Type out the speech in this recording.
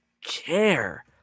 care